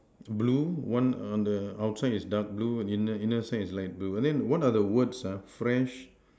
blue one on the outside is dark blue inner inner side is light blue and then what are the words ah fresh